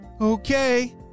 Okay